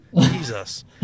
Jesus